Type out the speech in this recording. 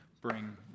bring